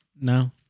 No